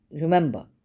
remember